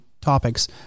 topics